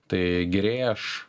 tai gerėja aš